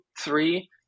three